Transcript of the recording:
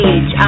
Age